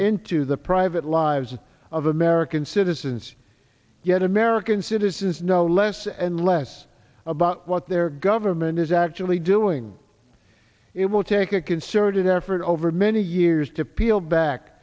into the private lives of american citizens yet american citizens no less and less about what their government is actually doing it will take a concerted effort over many years to peel back